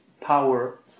power